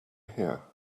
here